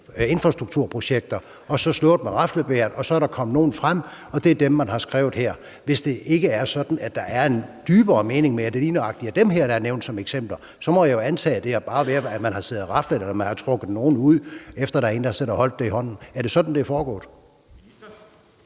infrastrukturprojekter. Så er der kommet nogle frem, og det er dem, man har skrevet her. Hvis det ikke er sådan, at der er en dybere mening med, at det lige nøjagtig er dem her, der er nævnt som eksempel, må jeg jo antage, at man bare har siddet og raflet og trukket nogle ud, efter der er en, der har siddet og holdt det i hånden. Er det sådan, det er foregået?